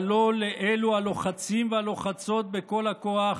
אבל לא לאלו הלוחצים והלוחצות בכל הכוח